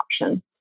option